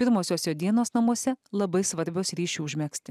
pirmosios jo dienos namuose labai svarbios ryšiui užmegzti